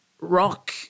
Rock